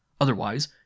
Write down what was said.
Otherwise